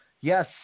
Yes